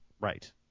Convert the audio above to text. Right